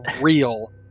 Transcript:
real